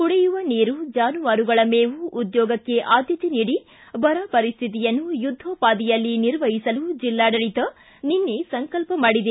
ಕುಡಿಯುವ ನೀರು ಜಾನುವಾರುಗಳ ಮೇವು ಉದ್ಯೋಗಕ್ಕೆ ಆದ್ಯತೆ ನೀಡಿ ಬರ ಪರಿಸ್ಥಿತಿಯನ್ನು ಯುದ್ಧೋಪಾದಿಯಲ್ಲಿ ನಿರ್ವಹಿಸಲು ಜೆಲ್ಲಾಡಳಿತ ನಿನ್ನೆ ಸಂಕಲ್ಪ ಮಾಡಿದೆ